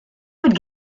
would